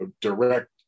direct